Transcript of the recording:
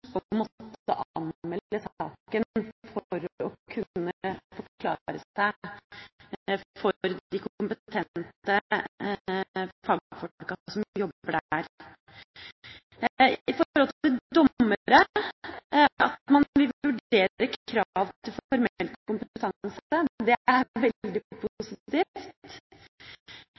måtte anmelde saken for å kunne forklare seg for de kompetente fagfolkene som jobber der – og når det gjelder dommere, at man vil vurdere krav til formell kompetanse. Det er veldig positivt.